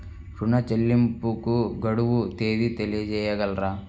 ఋణ చెల్లింపుకు గడువు తేదీ తెలియచేయగలరా?